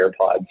AirPods